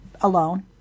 alone